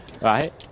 Right